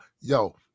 Yo